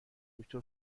دکتر